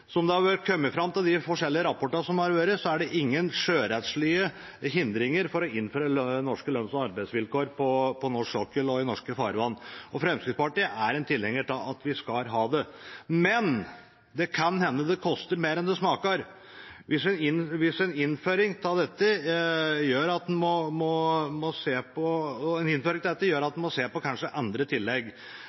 Som det har kommet fram av de forskjellige rapportene som har vært, er det ingen sjørettslige hindringer for å innføre norske lønns- og arbeidsvilkår på norsk sokkel og i norske farvann, og Fremskrittspartiet er tilhenger av at vi skal ha det. Men det kan hende det koster mer enn det smaker, hvis en innføring av dette gjør at en kanskje må se på andre tillegg. Representanten Skjelstad var i sitt innlegg inne på at vi er i en